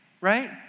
right